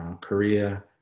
Korea